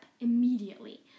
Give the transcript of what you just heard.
immediately